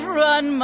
run